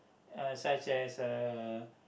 uh such as a